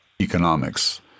economics